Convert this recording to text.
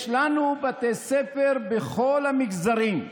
יש לנו בתי ספר בכל המגזרים.